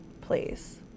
please